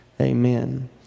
Amen